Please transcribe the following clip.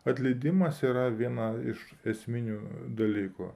atleidimas yra viena iš esminių dalykų